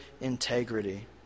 integrity